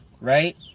right